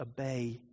obey